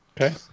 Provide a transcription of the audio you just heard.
Okay